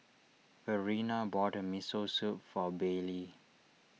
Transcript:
Verena bought a Miso Soup for Baylie